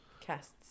Casts